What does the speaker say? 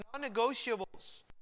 non-negotiables